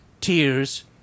tears